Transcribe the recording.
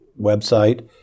website